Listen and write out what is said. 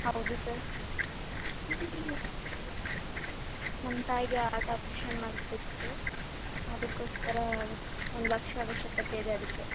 ಹೌದು ಸರ್ ನಮ್ಮ ತಾಯಿಗೆ ಆರ್ಟ್ ಆಪ್ರೇಶನ್ ಮಾಡಿಸ್ಬೇಕಿತ್ತು ಅದಕ್ಕೋಸ್ಕರ ಒಂದು ಲಕ್ಷ ಅವಶ್ಯಕತೆ ಇದೆ ಅದಕ್ಕೆ